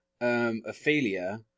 Ophelia